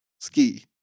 ski